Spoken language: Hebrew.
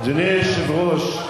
אדוני היושב-ראש,